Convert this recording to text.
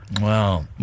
Wow